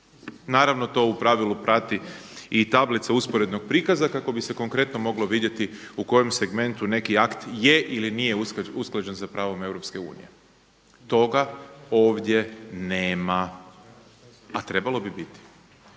Naravno to u pravilu prati i tablica usporednog prikaza kako bi se konkretno moglo vidjeti u kojem segmentu neki akt je ili nije usklađen sa pravom EU. Toga ovdje nema, a trebalo bi biti.